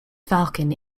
falcon